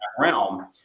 realm